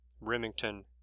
Remington